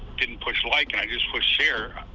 didn't push like and just pushed share,